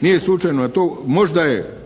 Nije slučajno, možda je